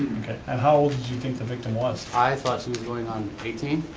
and how you think the victim was? i thought she was going on eighteen.